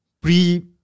pre